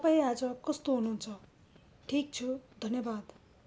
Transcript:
तपाईँ आज कस्तो हुनुहुन्छ ठिक छु धन्यवाद